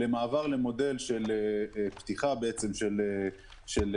למעבר למודל של פתיחה של הבדיקות